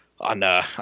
on